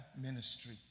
ministry